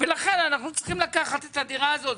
ולכן אנחנו צריכים לקחת את הדירה הזאת.